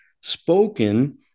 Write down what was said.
spoken